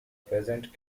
present